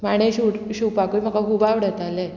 माणे शि शिवपाकूय म्हाका खूब आवडटाले